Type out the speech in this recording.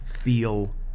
feel